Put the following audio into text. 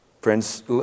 friends